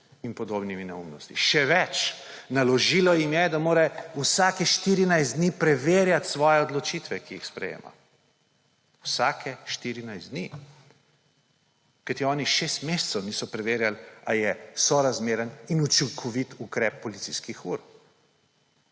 in podobne neumnosti. Še več, naložilo jim je, da mora vlada vsakih 14 dni preverjati odločitve, ki jih sprejema. Vsakih 14 dni. Oni šest mesecev niso preverjali, ali je sorazmeren in učinkovit ukrep policijskih ur.